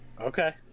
Okay